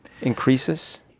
increases